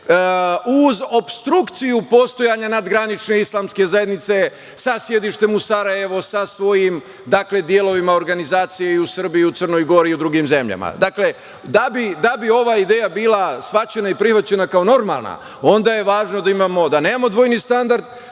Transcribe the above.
uz opstrukciju postojanja nadgranične islamske zajednice sa sedištem u Sarajevu sa svojim delovima organizacije i u Srbiji i u Crnoj Gori i u drugim zemljama. Da bi ova ideja bila shvaćena i prihvaćena kao normalna, onda je važno da imamo, da nemamo dvojni standard,